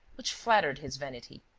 which flattered his vanity,